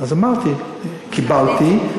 ועדת-מור-יוסף: קיבלתי.